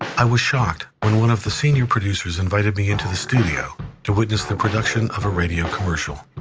i was shocked when one of the senior producers invited me into the studio to witness the production of a radio commercial.